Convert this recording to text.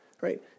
right